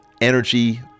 energy